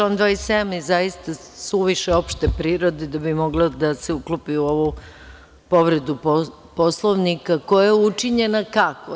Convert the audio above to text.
Član 27. je zaista suviše opšte prirode da bi mogao da se uklopi u ovu povredu Poslovnika, koja je učinjena kako?